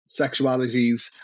sexualities